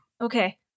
Okay